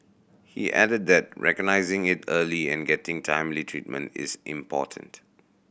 he added that recognising it early and getting timely treatment is important